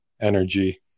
energy